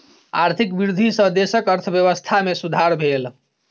आर्थिक वृद्धि सॅ देशक अर्थव्यवस्था में सुधार भेल